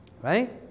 right